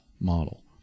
model